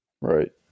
Right